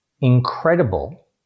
incredible